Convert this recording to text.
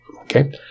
okay